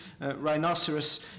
rhinoceros